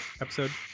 episode